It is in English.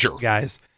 guys